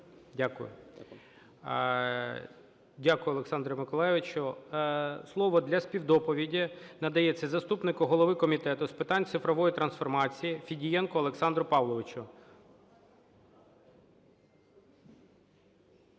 Дякую. Дякую, Олександре Миколайовичу. Слово для співдоповіді надається заступнику голови комітету з питань цифрової трансформації Фєдієнку Олександру Павловичу.